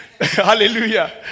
Hallelujah